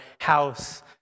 house